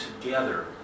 together